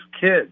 kids